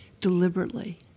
deliberately